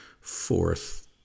Fourth